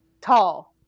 Tall